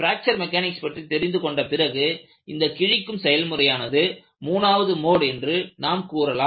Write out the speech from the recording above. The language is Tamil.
பிராக்சர் மெக்கானிக்ஸ் பற்றி தெரிந்து கொண்ட பிறகு இந்த கிழிக்கும் செயல்முறையானது 3வது மோட் என்று நாம் கூறலாம்